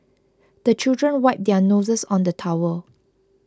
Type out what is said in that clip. the children wipe their noses on the towel